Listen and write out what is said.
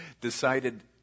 decided